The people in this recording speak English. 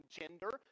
gender